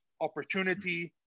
opportunity